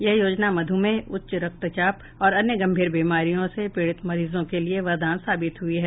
यह योजना मधुमेह उच्च रक्तचाप और अन्य गंभीर बीमारियों से पीडित मरीजों के लिए वरदान साबित हुई है